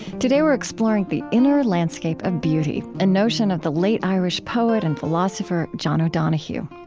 today, we're exploring the inner landscape of beauty, a notion of the late irish poet and philosopher, john o'donohue.